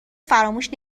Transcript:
فراموش